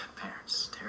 Parents